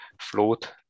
float